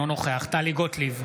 אינו נוכח טלי גוטליב,